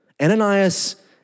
Ananias